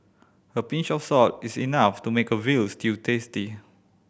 a pinch of salt is enough to make a veal stew tasty